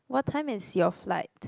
what time is your flight